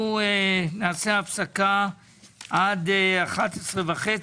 אנחנו נעשה הפסקה עד 11:30,